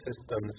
Systems